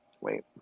Wait